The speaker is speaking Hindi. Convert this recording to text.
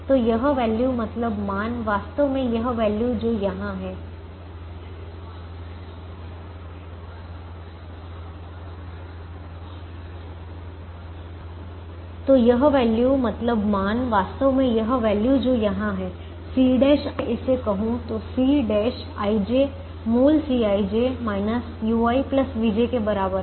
तो यह वैल्यू मतलब मान वास्तव में यह वैल्यू जो यहाँ है Cꞌijहै अगर मैं इसे कहूं तो Cꞌij मूल Cij ui vj के बराबर है